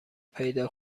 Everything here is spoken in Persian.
پیدا